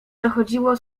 dochodziło